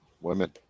women